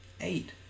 Eight